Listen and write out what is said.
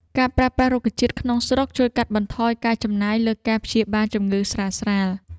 ការប្រើប្រាស់រុក្ខជាតិក្នុងស្រុកជួយកាត់បន្ថយការចំណាយលើការព្យាបាលជំងឺស្រាលៗ។